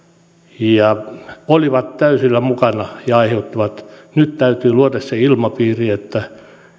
kun he olivat täysillä mukana ja sen aiheuttivat nyt täytyy luoda se ilmapiiri että